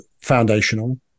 foundational